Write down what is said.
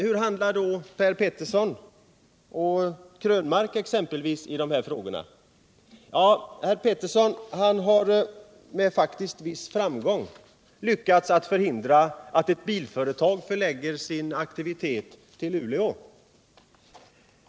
Hur handlar då herrar Per Petersson och Krönmark i dessa frågor? Per Petersson har agerat med en viss framgång och faktiskt lyckats förhindra ett bilföretag att förlägga sin verksamhet till Luleå.